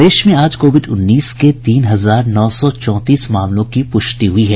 प्रदेश में आज कोविड उन्नीस के तीन हजार नौ सौ चौंतीस मामलों की पुष्टि हुई है